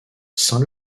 saint